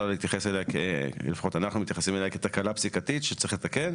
להתייחס אליה לפחות אנחנו מתייחסים כתקלה פסיקתית שצריך לתקן,